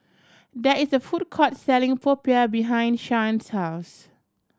there is a food court selling popiah behind Shyann's house